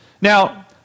Now